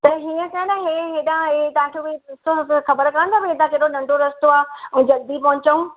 त हीअं कयो न हीउ हेॾांहं हे तव्हांखे कोई रस्तो ख़बरु कान अथव हेॾांहुं केॾो नंढो रस्तो आहे ऐं जल्दी पहुचऊं